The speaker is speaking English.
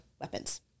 weapons